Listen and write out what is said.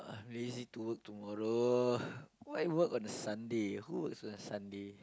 I'm lazy to work tomorrow why work on a Sunday who works on a Sunday